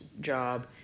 job